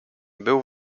był